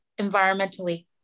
environmentally